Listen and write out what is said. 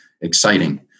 exciting